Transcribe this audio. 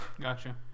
gotcha